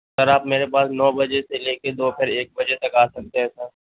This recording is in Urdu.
سر آپ میرے پاس نو بجے سے لے کے دوپہر ایک بجے تک آ سکتے ہیں سر